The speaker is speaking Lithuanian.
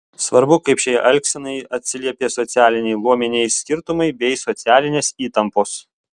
svarbu kaip šiai elgsenai atsiliepė socialiniai luominiai skirtumai bei socialinės įtampos